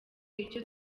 icyo